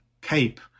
cape